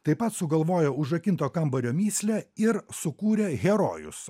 taip pat sugalvojo užrakinto kambario mįslę ir sukūrė herojus